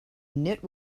knit